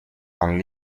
and